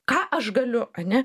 ką aš galiu ane